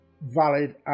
valid